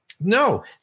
No